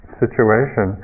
situation